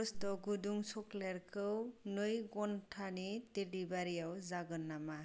कक'सुत्रा गुदुं चक्लेतखौ नै घन्टायाव डेलिबारियाव जागोन नामा